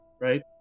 right